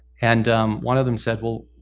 and um one of them said, well,